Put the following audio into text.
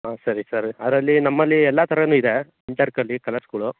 ಹಾಂ ಸರಿ ಸರ್ ಅದರಲ್ಲಿ ನಮ್ಮಲ್ಲಿ ಎಲ್ಲ ಥರಾನು ಇದೆ ಕಲರ್ಸ್ಗಳು